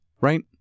Right